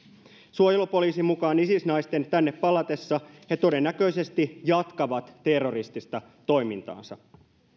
suojelupoliisin mukaan isis naisten tänne palatessa he todennäköisesti jatkavat terroristista toimintaansa